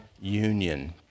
union